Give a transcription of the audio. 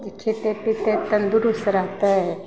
जे खेतै पितै तन्दुरुस्त रहतै